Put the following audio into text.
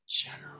General